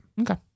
Okay